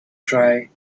try